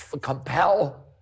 compel